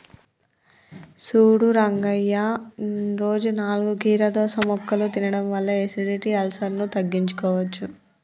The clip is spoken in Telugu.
సూడు రంగయ్య రోజు నాలుగు కీరదోస ముక్కలు తినడం వల్ల ఎసిడిటి, అల్సర్ను తగ్గించుకోవచ్చు